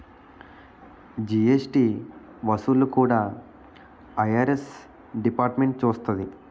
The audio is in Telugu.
జీఎస్టీ వసూళ్లు కూడా ఐ.ఆర్.ఎస్ డిపార్ట్మెంటే చూస్తాది